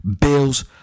Bills